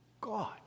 God